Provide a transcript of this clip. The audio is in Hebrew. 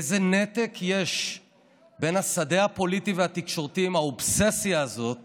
איזה נתק יש בין השדה הפוליטי והתקשורתי עם האובססיה הזאת